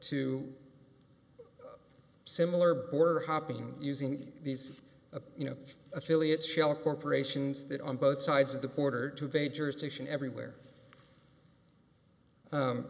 to similar border hopping using these a you know affiliates shell corporations that on both sides of the border to have a jurisdiction everywhere